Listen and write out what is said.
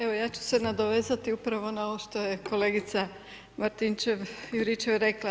Evo, ja ću se nadovezati upravo na ovo što je kolegica Martinčev-Juričev rekla.